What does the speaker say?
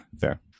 fair